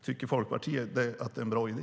Tycker Folkpartiet att det är en bra idé?